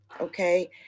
okay